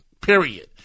period